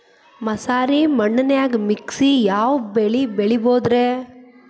ಮಸಾರಿ ಮಣ್ಣನ್ಯಾಗ ಮಿಕ್ಸ್ ಯಾವ ಬೆಳಿ ಬೆಳಿಬೊದ್ರೇ?